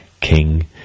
King